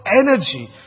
energy